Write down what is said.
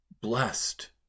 blessed